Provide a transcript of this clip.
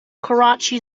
karachi